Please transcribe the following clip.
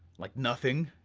like nothing,